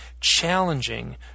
challenging